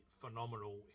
phenomenal